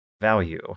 value